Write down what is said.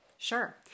Sure